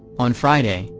on friday,